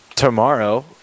Tomorrow